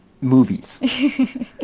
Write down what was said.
movies